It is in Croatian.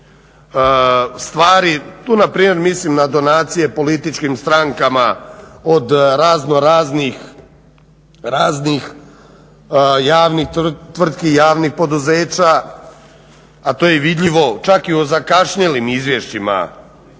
stvari, tu npr. mislim na donacije političkim strankama od razno raznih javnih tvrtki, javnih poduzeća, a to je i vidljivo čak i o zakašnjelim izvješćima